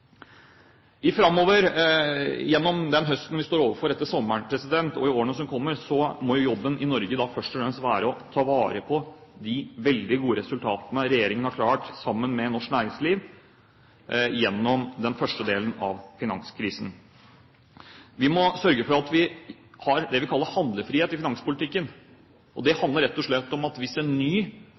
land. Framover – gjennom den høsten vi står overfor, og i årene som kommer – må jobben i Norge først og fremst være å ta vare på de veldig gode resultatene regjeringen har klart å oppnå, sammen med norsk næringsliv, gjennom den første delen av finanskrisen. Vi må sørge for at vi har det vi kaller handlefrihet i finanspolitikken. Det handler rett og slett om at hvis en ny